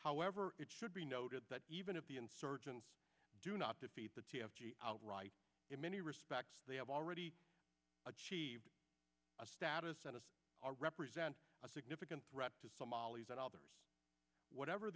however it should be noted that even if the insurgents do not defeat the t f t outright in many respects they have already achieved a status as a represent a significant threat to somalis and others whatever